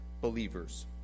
believers